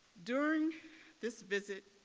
during this visit,